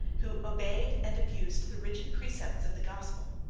who obeyed and abused the rigid precepts of the gospel,